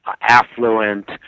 affluent